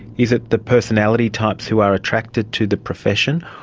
is it the personality types who are attracted to the profession?